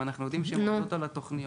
ואנחנו יודעים שהן עובדות על התוכניות,